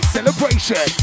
Celebration